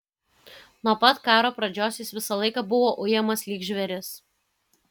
nuo pat karo pradžios jis visą laiką buvo ujamas lyg žvėris